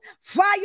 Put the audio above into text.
fire